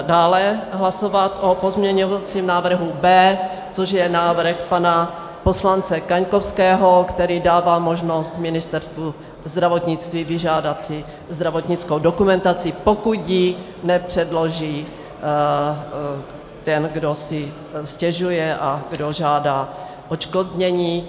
Dále hlasovat o pozměňovacím návrhu B, což je návrh pana poslance Kaňkovského, který dává možnost Ministerstvu zdravotnictví vyžádat si zdravotnickou dokumentaci, pokud ji nepředloží ten, kdo si stěžuje a kdo žádá odškodnění.